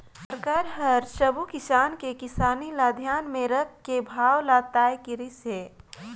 सरकार हर सबो किसान के किसानी ल धियान राखके भाव ल तय करिस हे